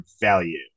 value